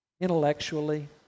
intellectually